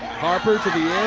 harper to the air.